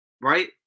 right